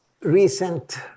recent